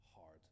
hard